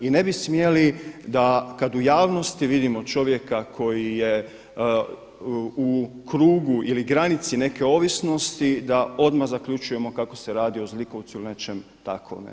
I ne bi smjeli da kada u javnosti vidimo čovjeka koji je u krugu ili granici neke ovisnosti da odmah zaključujemo kako se radi o zlikovcu ili nečem takvome.